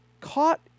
caught